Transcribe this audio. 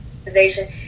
organization